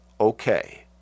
okay